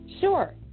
Sure